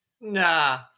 Nah